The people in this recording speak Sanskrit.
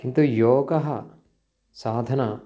किन्तु योगः साधना